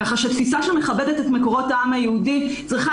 כך שתפיסה שמכבדת את מקורות העם היהודי צריכה